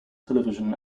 television